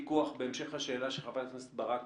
בהמשך לשאלה של חברת הכנסת ברק